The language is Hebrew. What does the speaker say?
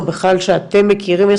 או בכלל שאתם מכירים,